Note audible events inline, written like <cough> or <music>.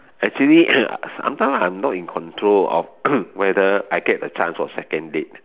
actually <coughs> I find I'm not in control of <coughs> whether I get a chance for second date